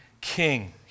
king